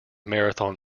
marathon